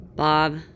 Bob